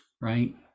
right